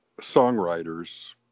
songwriters